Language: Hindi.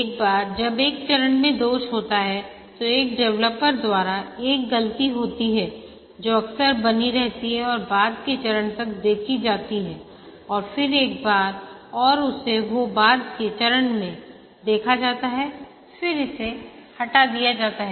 एक बार जब एक चरण में दोष होता है तो एक डेवलपर द्वारा एक गलती होती है जो अक्सर बनी रहती है और बाद के चरण तक देखी जाती है और फिर एक बार और उसे वो बाद के चरण में देखा जाता है फिर इसे हटा दिया जाता है